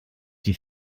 die